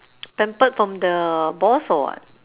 pampered from the boss or what